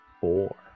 Four